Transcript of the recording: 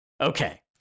Okay